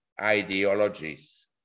ideologies